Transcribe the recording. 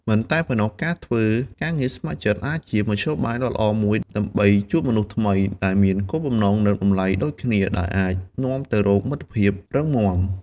មិនតែប៉ុណ្ណោះ ការធ្វើការងារស្ម័គ្រចិត្តអាចជាមធ្យោបាយដ៏ល្អមួយដើម្បីជួបមនុស្សថ្មីដែលមានគោលបំណង និងតម្លៃដូចគ្នា ដែលអាចនាំទៅរកមិត្តភាពរឹងមាំ។